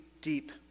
deep